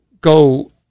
go